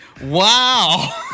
Wow